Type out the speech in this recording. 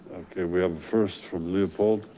okay, we have first from leopold.